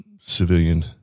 civilian